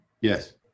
yes